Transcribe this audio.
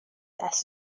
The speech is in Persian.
دست